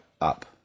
up